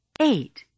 Eight